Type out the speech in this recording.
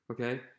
okay